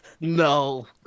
No